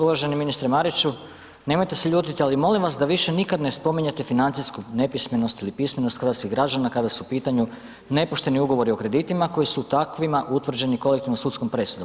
Uvaženi ministre Mariću nemojte se ljuti ali molim vas da više nikad ne spominjete financijsku nepismenost ili pismenost hrvatskih građana kada su u pitanju nepošteni ugovori o kreditima koji su takvima utvrđeni kolektivnom sudskom presudom.